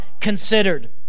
considered